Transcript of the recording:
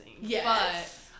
Yes